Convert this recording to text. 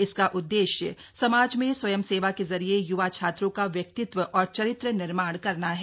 इसका उद्देश्य समाज में स्वयंसेवा के जरिए युवा छात्रो का व्यक्तित्व और चरित्र निर्माण करना है